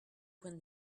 point